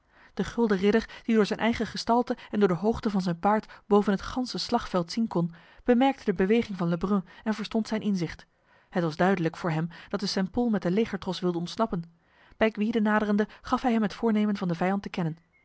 de gulden ridder die door zijn eigen gestalte en door de hoogte van zijn paard boven het ganse slagveld zien kon bemerkte de beweging van lebrum en verstond zijn inzicht het was duidelijk voor hem dat de st pol met de legertros wilde ontsnappen bij gwyde naderende gaf hij hem het voornemen van de vijand te kennen